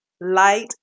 Light